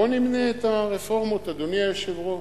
בוא נמנה את הרפורמות, אדוני היושב-ראש.